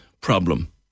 problem